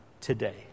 today